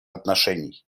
отношений